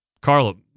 Carlo